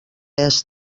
est